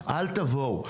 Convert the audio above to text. אל תבואו.